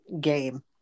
game